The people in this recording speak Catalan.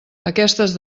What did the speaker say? aquestes